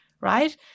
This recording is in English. right